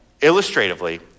illustratively